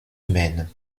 humaines